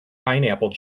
pineapple